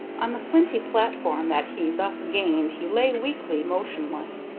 on the flinty platform that he thus gained he lay weakly motionless,